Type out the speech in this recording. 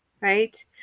right